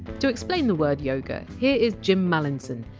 to explain the word yoga, here is jim mallinson,